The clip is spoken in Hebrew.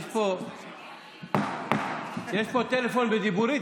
יש פה טלפון בדיבורית?